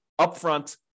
upfront